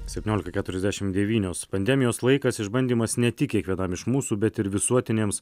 septyniolika keturiasdešimt devynios pandemijos laikas išbandymas ne tik kiekvienam iš mūsų bet ir visuotinėms